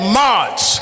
march